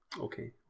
Okay